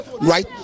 right